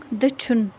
دٔچھُن